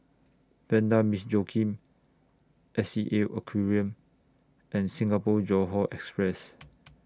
Vanda Miss Joaquim S E A Aquarium and Singapore Johore Express